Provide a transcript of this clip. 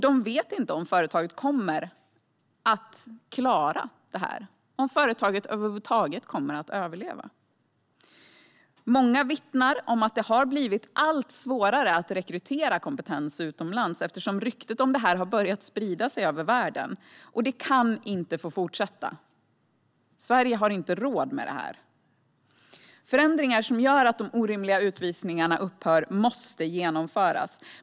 De vet inte om företaget kommer att klara detta, om företaget över huvud taget kommer att överleva. Många vittnar om att det har blivit allt svårare att rekrytera kompetens utomlands, eftersom ryktet om detta har börjat sprida sig över världen. Det kan inte få fortsätta. Sverige har inte råd med detta. Förändringar som gör att de orimliga utvisningarna upphör måste genomföras.